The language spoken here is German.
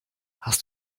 hast